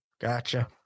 gotcha